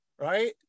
Right